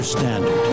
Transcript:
standard